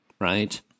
right